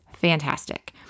fantastic